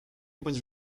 bądź